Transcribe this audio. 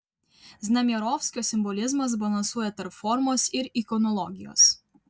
znamierovskio simbolizmas balansuoja tarp formos ir ikonologijos